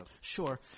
Sure